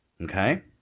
Okay